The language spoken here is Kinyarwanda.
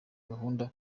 gukunda